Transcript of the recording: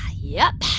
yep,